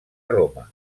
roma